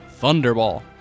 Thunderball